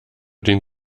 den